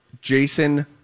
Jason